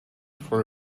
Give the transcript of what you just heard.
for